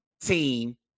team